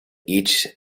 each